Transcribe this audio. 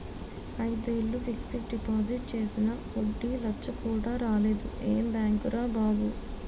ఐదేళ్ళు fixed deposit చేసినా వడ్డీ లచ్చ కూడా రాలేదు ఏం బాంకురా బాబూ